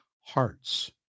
hearts